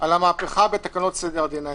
על המהפכה בתקנות סדר הדין האזרחי.